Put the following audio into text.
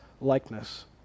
likeness